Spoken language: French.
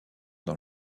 dans